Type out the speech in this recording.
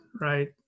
right